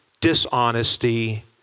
dishonesty